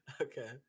Okay